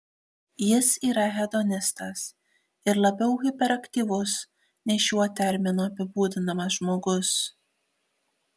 jis yra hedonistas ir labiau hiperaktyvus nei šiuo terminu apibūdinamas žmogus